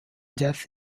death